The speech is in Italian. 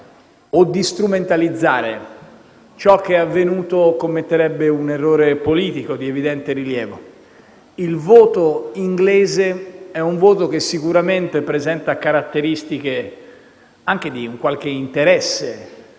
o di strumentalizzare ciò che è avvenuto commetterebbe un errore politico di evidente rilievo. Il voto britannico sicuramente presenta caratteristiche anche di un qualche interesse